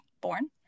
born